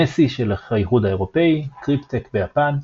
NESSIE של האיחוד האירופי, CRYPTEC ביפן.